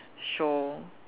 show